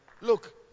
Look